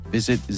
Visit